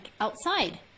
outside